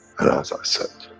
and as i said,